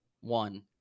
one